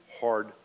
hard